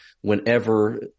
whenever